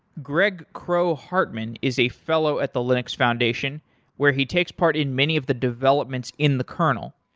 greg kroah-hartman is a fellow at the linux foundation where he takes part in many of the developments in the kernel.